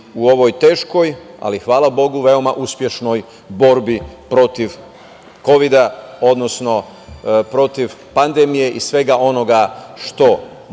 u ovoj teškoj, ali, hvala Bogu, veoma uspešnoj borbi protiv kovida, odnosno protiv pandemije i sve ga onoga što posredno